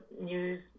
news